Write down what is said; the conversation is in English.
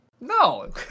no